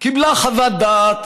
קיבלה חוות דעת